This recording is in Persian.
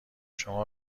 شما